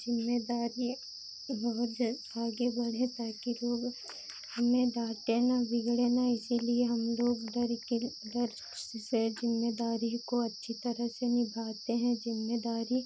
ज़िम्मेदारी बहुत ज़्यादा आगे बढ़े ताकि लोग हमें डाटे ना बिगड़े ना इसीलिए हम लोग डर के डर से ज़िम्मेदारी को अच्छी तरह से निभाते हैं जिम्मेदारी